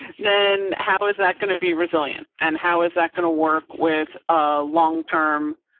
then, how is that going to be resilient? and how is that going to work with long term?